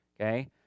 okay